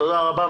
תודה רבה,